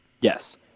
Yes